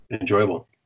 enjoyable